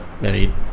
married